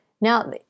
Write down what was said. Now